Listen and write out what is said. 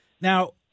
Now